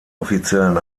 offiziellen